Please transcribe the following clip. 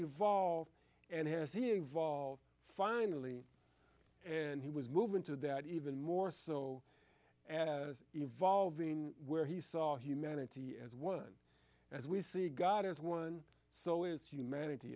evolve and has he involved finally and he was moving to that even more so and evolving where he saw humanity as one as we see god as one so is humanity